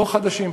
לא חדשים,